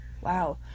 Wow